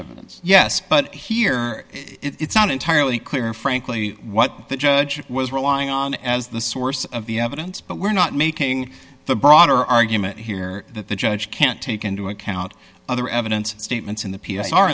evidence yes but here it's not entirely clear frankly what the judge was relying on as the source of the evidence but we're not making the broader argument here that the judge can't take into account other evidence statements in the